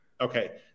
Okay